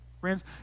Friends